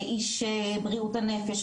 איש בריאות הנפש,